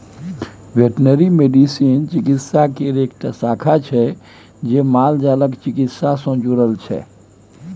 veterinary medicine चिकित्सा केर एकटा शाखा छै जे मालजालक चिकित्सा सँ जुरल छै